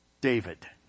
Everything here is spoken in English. David